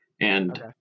and-